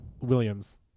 Williams